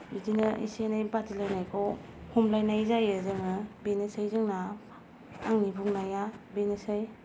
बिदिनो एसे एनै बादिलायनायखौ हमलायनाय जायो जोङो बेनोसै जोंना आंनि बुंनाया बेनोसै